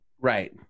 Right